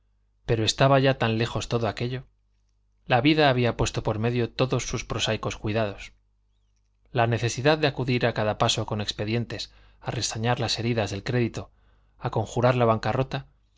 pero estaba ya tan lejos todo aquello la vida había puesto por medio todos sus prosaicos cuidados la necesidad de acudir a cada paso con expedientes a restañar las heridas del crédito a conjurar la bancarrota